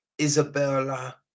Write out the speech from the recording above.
Isabella